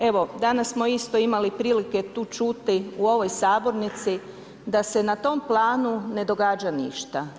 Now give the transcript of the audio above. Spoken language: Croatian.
Evo danas smo isto imali prilike tu čuti u ovoj sabornici da se na tom planu ne događa ništa.